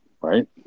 right